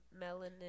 melanin